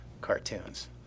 cartoons